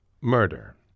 murder